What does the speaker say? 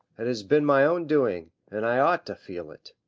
it has been my own doing, and i ought to feel it.